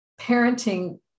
parenting